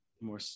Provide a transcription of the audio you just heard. More